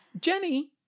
Jenny